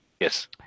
yes